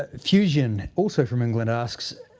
ah fusion, also from england, asks,